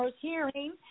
hearing